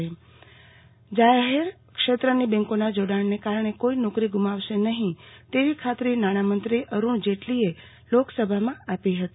આરતી ભદ્દ નાણામંત્રી અરુણ જેટલી જાહેર ક્ષેત્રની બેન્કોના જોડાણને કારણે કોઈ નોકરી ગુમાવશે નહિ તેવી ખાતરી નાણામંત્રી અરૂણ જેટલીએ લોકસભામાં આપી હતી